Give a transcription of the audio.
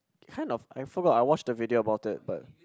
kind of I forgot I watched a video about it but